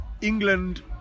England